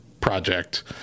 project